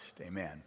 Amen